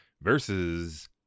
versus